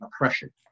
oppression